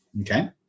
okay